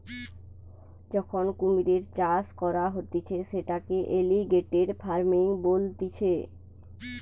যখন কুমিরের চাষ করা হতিছে সেটাকে এলিগেটের ফার্মিং বলতিছে